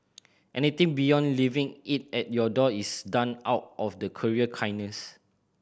anything beyond leaving it at your door is done out of the courier kindness